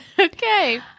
okay